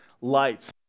lights